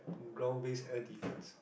ground based air defense